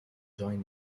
joined